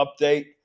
update